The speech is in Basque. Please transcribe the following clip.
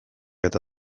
eta